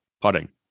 putting